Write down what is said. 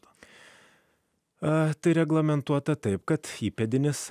a tai reglamentuota taip kad įpėdinis